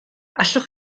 allwch